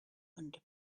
under